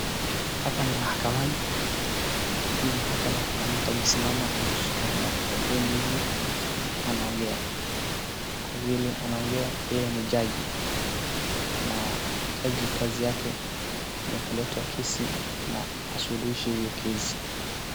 Hapa ni mahakamani, hii mahakama kuna mtu amesimama ameshika maikrofoni hivi anaongea, kwa vile anaongea yeye ni jaji, na jaji kazi yake ni kuletewa kesi na asuluhishe hiyo kesi.